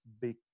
big